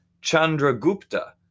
Chandragupta